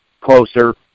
closer